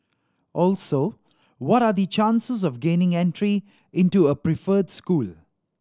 also what are the chances of gaining entry into a preferred school